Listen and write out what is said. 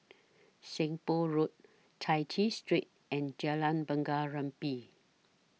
Seng Poh Road Chai Chee Street and Jalan Bunga Rampai